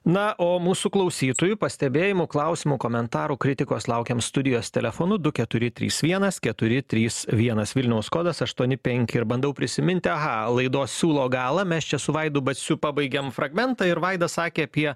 na o mūsų klausytojų pastebėjimų klausimų komentarų kritikos laukiam studijos telefonu du keturi trys vienas keturi trys vienas vilniaus kodas aštuoni penki ir bandau prisiminti aha laidos siūlo galą mes čia su vaidu baciu pabaigėm fragmentą ir vaidas sakė apie